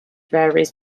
varies